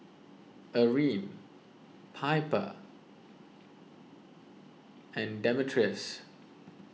Eryn Piper and Demetrius